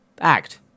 act